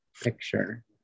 picture